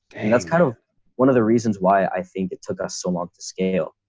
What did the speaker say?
and that's kind of one of the reasons why i think it took us so long to scale.